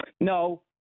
No